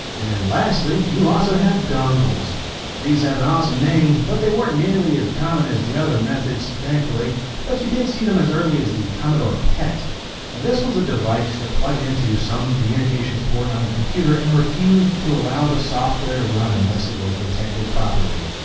and lastly you also had dongles these have an awesome name but they weren't nearly as common as the other methods. thankfully but you did see them as early as the commodore pet this was a device that plugged into some communications port on the computer and refused to allow the software to run unless it was detected properly.